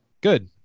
Good